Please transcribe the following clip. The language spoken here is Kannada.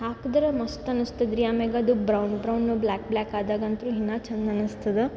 ಹಾಕಿದ್ರೆ ಮಸ್ತ್ ಅನ್ನಿಸ್ತದ್ ರೀ ಆಮೇಲೆ ಅದು ಬ್ರೌನ್ ಬ್ರೌನು ಬ್ಲ್ಯಾಕ್ ಬ್ಲ್ಯಾಕ್ ಆದಾಗ ಅಂತು ಇನ್ನು ಚಂದ ಅನ್ನಿಸ್ತದ